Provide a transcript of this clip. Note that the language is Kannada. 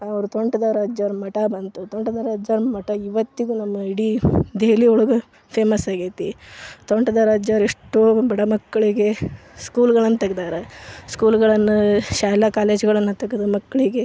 ಅವ್ರು ತೋಂಟದಾರ್ಯ ಅಜ್ಜಾವ್ರ ಮಠ ಬಂತು ತೋಂಟದಾರ್ಯ ಅಜ್ಜಾವ್ರ ಮಠ ಇವತ್ತಿಗೂ ನಮ್ಮ ಇಡೀ ದೆಹಲಿ ಒಳಗೆ ಫೇಮಸ್ ಆಗೇತಿ ತೋಂಟದಾರ್ಯ ಅಜ್ಜಾವ್ರು ಎಷ್ಟೋ ಬಡ ಮಕ್ಕಳಿಗೆ ಸ್ಕೂಲುಗಳನ್ನು ತೆಗ್ದಾರೆ ಸ್ಕೂಲುಗಳನ್ನು ಶಾಲಾ ಕಾಲೇಜುಗಳನ್ನು ತೆಗೆದು ಮಕ್ಕಳಿಗೆ